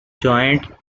joined